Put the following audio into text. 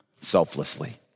selflessly